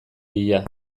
bila